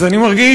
אז אני מרגיש